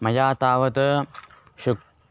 मया तावत् शु